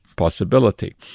possibility